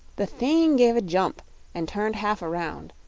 the thing gave a jump and turned half around,